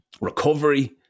recovery